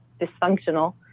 dysfunctional